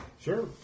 Sure